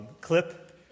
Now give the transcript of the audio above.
clip